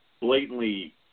blatantly